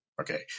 okay